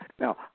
Now